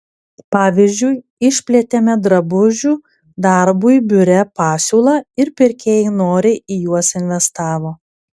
pavyzdžiui išplėtėme drabužių darbui biure pasiūlą ir pirkėjai noriai į juos investavo